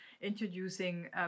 introducing